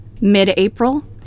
mid-April